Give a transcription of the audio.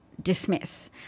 dismiss